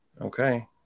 Okay